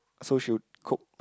so she would cook